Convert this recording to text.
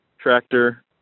tractor